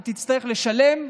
היא תצטרך לשלם,